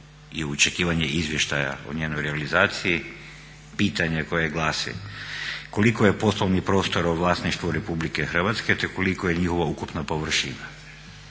i očekivanje izvještaja o njenoj realizaciji pitanje koje glasi, koliko je poslovnih prostora u vlasništvu Republike Hrvatske te kolika je njihova ukupna površina?